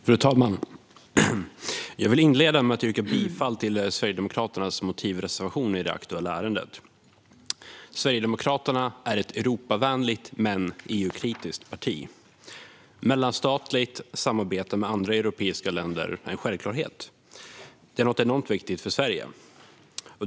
Fru talman! Jag vill inleda med att yrka bifall till Sverigedemokraternas motivreservation i det aktuella ärendet. EU:s nya ungdoms-strategi Sverigedemokraterna är ett Europavänligt men EU-kritiskt parti. Mellanstatligt samarbete med andra europeiska länder är en självklarhet. Det är något enormt viktigt för Sverige.